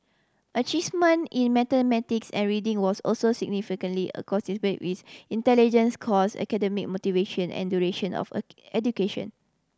achievement in mathematics and reading was also significantly with intelligence scores academic motivation and duration of education